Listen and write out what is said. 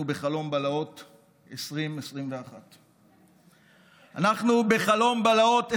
בחלום בלהות 2021. אנחנו בחלום בלהות 2021,